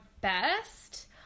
best